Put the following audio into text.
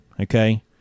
Okay